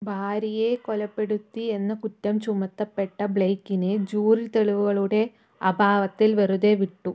ഭാര്യയെ കൊലപ്പെടുത്തി എന്ന കുറ്റം ചുമത്തപ്പെട്ട ബ്ലെയ്ക്കിനെ ജൂറി തെളിവുകളുടെ അഭാവത്തിൽ വെറുതെ വിട്ടു